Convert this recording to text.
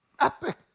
Epic